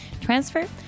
Transfer